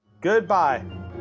Goodbye